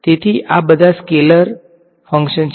તેથી આ બધા સ્કેલર ફંક્શન્સ છે